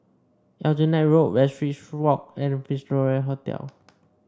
Aljunied Road Westridge Walk and Victoria Hotel